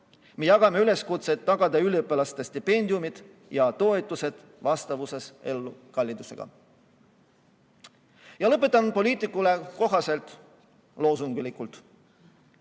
Me [toetame] üleskutset tagada üliõpilaste stipendiumid ja toetused vastavuses elukallidusega. Lõpetan poliitikule kohaselt – loosunglikult.